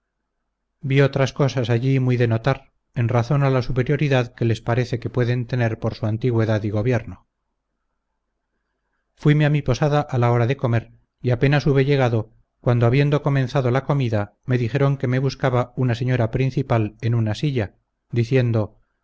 vi otras cosas allí muy de notar en razón a la superioridad que les parece que pueden tener por su antigüedad y gobierno fuime a mi posada a la hora de comer y apenas hube llegado cuando habiendo comenzado la comida me dijeron que me buscaba una señora principal en una silla diciendo